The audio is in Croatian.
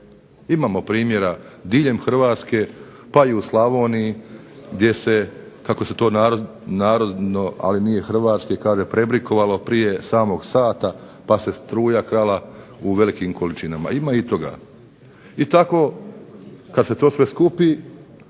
Imamo primjera diljem Hrvatske pa i u Slavoniji gdje se kako se to narodno ali nije hrvatsko kaže prebrikovalo prije samog sata, pa se struja krala u velikim količinama. Ima i toga. I tako kad se to sve skupi